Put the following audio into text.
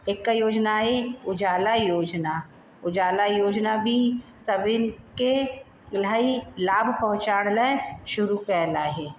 हिक योजना आहे उजाला योजना उजाला योजना बि सभिनि खे इलाही लाभ पोहचाइण लाइ शुरू कयल आहे